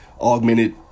augmented